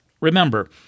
Remember